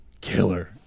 Killer